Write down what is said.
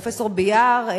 פרופסור ביאר,